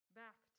back